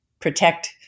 protect